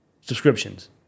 Subscriptions